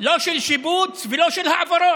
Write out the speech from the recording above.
בקרב יהודים, לא של שיבוץ ולא של העברות,